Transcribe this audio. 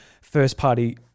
first-party